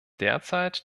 derzeit